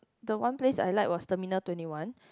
the one place I like was terminal twenty one